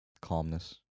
calmness